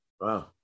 Wow